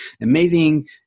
amazing